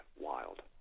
wild